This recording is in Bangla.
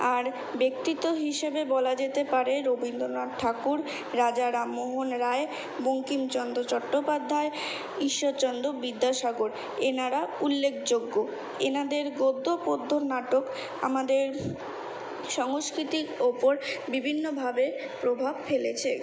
আর ব্যক্তিত্ব হিসেবে বলা যেতে পারে রবীন্দ্রনাথ ঠাকুর রাজা রামমোহন রায় বঙ্কিমচন্দ্র চট্টোপাধ্যায় ঈশ্বরচন্দ বিদ্যাসাগর এনারা উল্লেখযোগ্য এনাদের গদ্য পদ্য নাটক আমাদের সংস্কৃতির ওপর বিভিন্নভাবে প্রভাব ফেলেছে